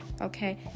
okay